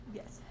yes